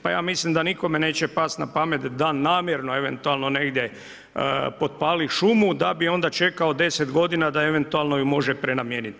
Pa ja mislim da nikome neće pasti na pamet da namjerno eventualno negdje potpali šumu da bi onda čekao 10 godina da eventualno ju može prenamijeniti.